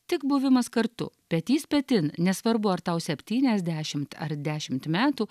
tik buvimas kartu petys petin nesvarbu ar tau septyniasdešimt ar dešimt metų